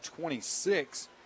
26